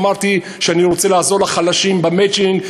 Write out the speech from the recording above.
אמרתי שאני רוצה לעזור לחלשים במצ'ינג.